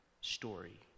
story